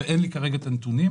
ואין לי כרגע את הנתונים,